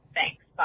Thanks